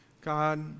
God